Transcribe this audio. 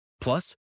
plus